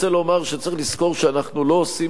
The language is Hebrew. רוצה לומר שצריך לזכור שאנחנו לא עושים